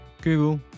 google